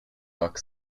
duck